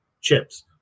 chips